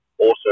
awesome